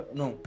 no